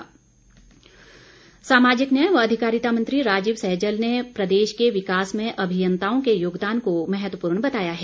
सैजल सामाजिक न्याय व अधिकारिता मंत्री राजीव सैजल ने प्रदेश के विकास में अभियंताओं के योगदान को महत्वपूर्ण बताया है